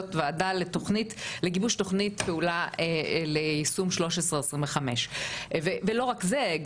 זאת ועדה לגיבוש תוכנית פעולה ליישום 1325. ולא רק זה,